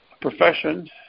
profession